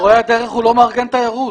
מורה הדרך הוא לא מארגן תיירות.